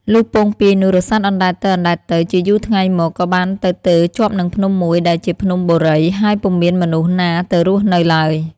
លុះពោងពាយនោះរសាត់អណ្តែតទៅៗ ជាយូរថ្ងៃមក ក៏បានទៅទើរជាប់នឹងភ្នំមួយដែលជាភ្នំបូរី ហើយពុំមានមនុស្សណាទៅរស់នៅឡើយ។